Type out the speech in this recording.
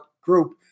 group